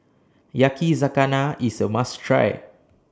Yakizakana IS A must Try